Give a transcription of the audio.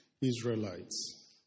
Israelites